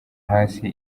hasi